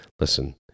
listen